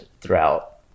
throughout